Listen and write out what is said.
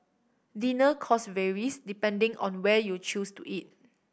dinner cost varies depending on where you choose to eat